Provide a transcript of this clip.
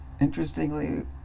interestingly